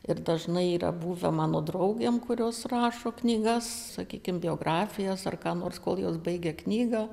ir dažnai yra buvę mano draugėms kurios rašo knygas sakykim biografijas ar ką nors kol jos baigia knygą